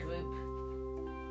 group